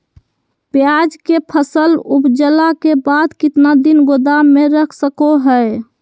प्याज के फसल उपजला के बाद कितना दिन गोदाम में रख सको हय?